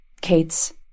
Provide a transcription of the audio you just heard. Kate's